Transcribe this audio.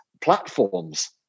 Platforms